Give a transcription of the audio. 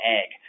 egg